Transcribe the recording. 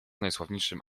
najsławniejszym